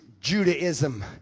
judaism